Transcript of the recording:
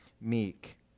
meek